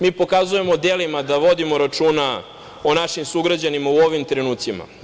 Mi pokazujemo delimo da vodimo računa o našim sugrađanima u ovim trenucima.